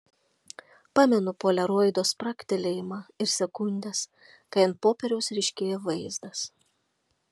pamenu poliaroido spragtelėjimą ir sekundes kai ant popieriaus ryškėja vaizdas